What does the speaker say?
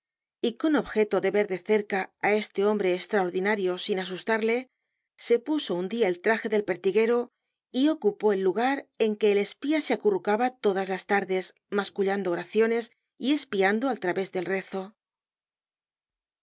y con objeto de ver de cerca á este hombre estraordinario sin asustarle se puso un dia el traje del pertiguero y ocupó el lugar en que el espía se acurrucaba todas las tardes mascullando oraciones y espiando al través del rezo el